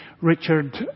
Richard